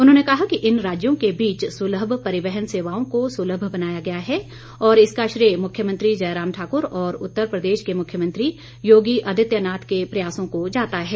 उन्होंने कहा कि इन राज्यों के बीच सुलभ परिवहन सेवाओं को सुलभ बनाया गया है और इसका श्रेय मुख्यमंत्री जयराम ठाकुर और उत्तर प्रदेश के मुख्यमंत्री योगी अदित्यनाथ के प्रयासों को जाता है